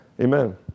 amen